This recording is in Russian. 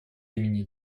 имени